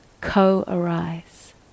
co-arise